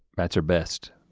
that's her best.